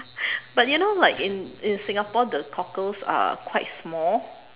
but you know like in in Singapore the cockles are quite small